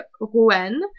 Rouen